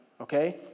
okay